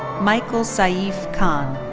michael saif khan.